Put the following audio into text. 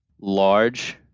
large